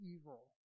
evil